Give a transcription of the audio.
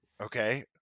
okay